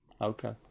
Okay